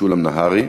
משולם נהרי.